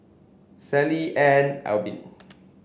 Sally Ann and Albin